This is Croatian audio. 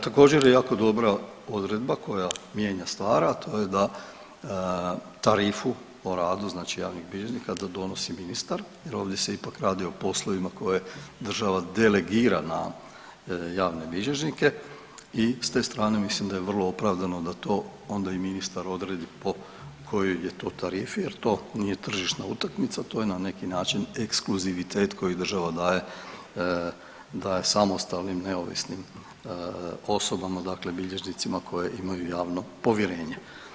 Također je jako dobra odredba koja mijenja stvar, a to je da tarifu o radu znači javnih bilježnika da donosi ministar jer ovdje se ipak radi o poslovima koje država delegira na javne bilježnike i s te strane mislim da je vrlo opravdano da to onda i ministar odredi po kojoj je to tarifi jer to nije tržišna utakmica to je na neki način ekskluzivitet koji država daje, daje samostalnim neovisnim osobama dakle bilježnicima koji imaju javno povjerenje.